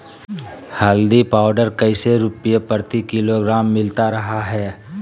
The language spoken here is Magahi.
हल्दी पाउडर कैसे रुपए प्रति किलोग्राम मिलता रहा है?